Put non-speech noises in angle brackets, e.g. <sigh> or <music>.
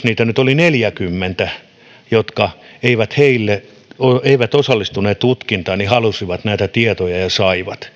<unintelligible> niitä taisi olla neljäkymmentä jotka eivät osallistuneet tutkintaan mutta halusivat näitä tietoja ja ja saivat <unintelligible>